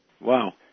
Wow